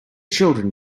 children